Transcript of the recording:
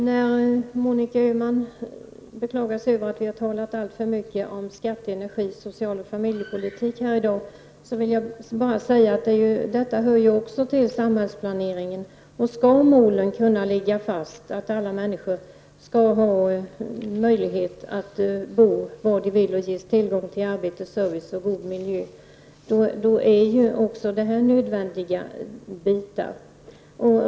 Herr talman! Monica Öhman har beklagat sig över att vi har talat alltför mycket om skatte-, energi-, socialoch familjepolitik i dag. Men också detta hör ju till samhällsplaneringen. Skall målen kunna ligga fast att alla människor skall ha möjlighet att bo var de vill och ges tillgång till arbete, service och god miljö är dessa delar också nödvändiga.